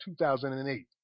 2008